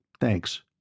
Thanks